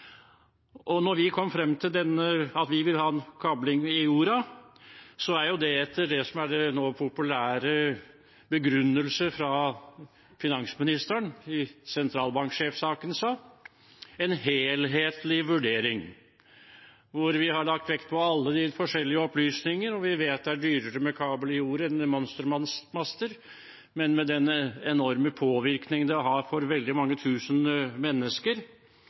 Når vi kom frem til at vi vil ha kabling i jorda, er det etter en helhetlig vurdering – det som er den nå populære begrunnelse fra finansministeren i sentralbanksjefsaken – hvor vi har lagt vekt på alle de forskjellige opplysninger. Vi vet at det er dyrere med kabel i jord enn med monstermaster, men det vil ha enorm påvirkning for veldig mange